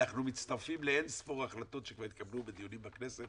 אנחנו מצטרפים לאין ספור החלטות שכבר התקבלו בדיונים בכנסת